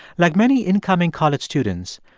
like many incoming college students,